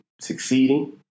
succeeding